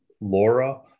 Laura